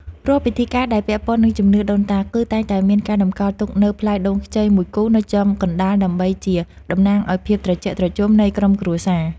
រាល់ពិធីការដែលពាក់ព័ន្ធនឹងជំនឿដូនតា គឺតែងតែមានការតម្កល់ទុកនូវផ្លែដូងខ្ចីមួយគូនៅចំកណ្តាលដើម្បីជាតំណាងឱ្យភាពត្រជាក់ត្រជុំនៃក្រុមគ្រួសារ។